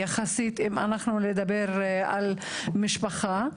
אם נדבר על משפחה,